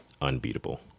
unbeatable